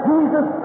Jesus